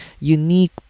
unique